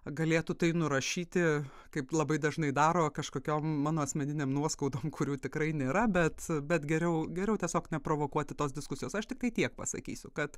galėtų tai nurašyti kaip labai dažnai daro kažkokiom mano asmeninėm nuoskaudom kurių tikrai nėra bet bet geriau geriau tiesiog neprovokuoti tos diskusijos aš tiktai tiek pasakysiu kad